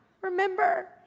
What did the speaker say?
Remember